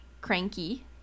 cranky